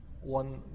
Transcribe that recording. One